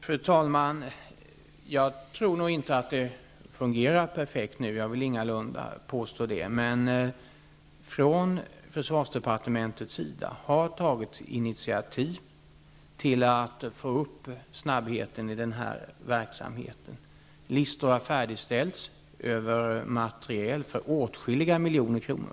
Fru talman! Jag tror nog att det fungerar perfekt nu. Jag vill ingalunda påstå det. Men försvardepartementet har tagit initiativ till att få upp snabbheten i den här verksamheten. Listor har färdigställts över materiel för åtskilliga miljoner kronor.